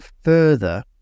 further